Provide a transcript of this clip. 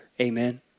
Amen